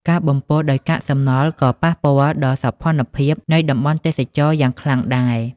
ការបំពុលដោយកាកសំណល់ក៏បានប៉ះពាល់ដល់សោភ័ណភាពនៃតំបន់ទេសចរណ៍យ៉ាងខ្លាំងដែរ។